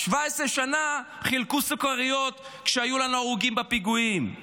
17 שנה חילקו סוכריות כשהיו לנו הרוגים בפיגועים.